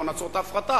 בואו נעצור את ההפרטה.